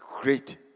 great